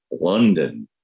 London